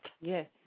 Yes